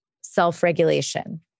self-regulation